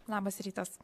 labas rytas